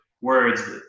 words